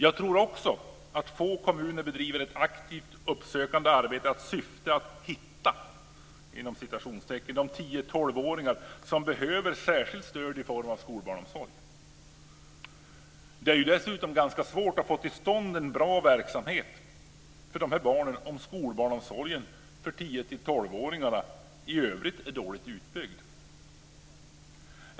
Jag tror också att få kommuner bedriver ett aktivt uppsökande arbete i syfte att "hitta" 10-12-åringar som behöver särskilt stöd i form av skolbarnsomsorg. Det är ju dessutom ganska svårt att få till stånd en bra verksamhet för dessa barn om skolbarnsomsorgen för 10-12-åringarna i övrigt är dåligt utbyggd.